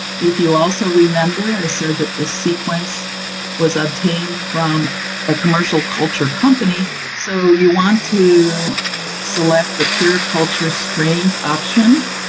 if you also remember so that the sequence was obtained from a commercial culture company, so you want to select the pure culture strained option.